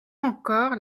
encore